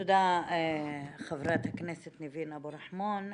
תודה חברת הכנסת ניבין אבו רחמון.